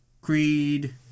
Creed